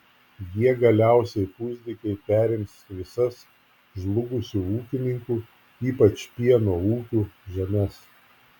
jie galiausiai pusdykiai perims visas žlugusių ūkininkų ypač pieno ūkių žemes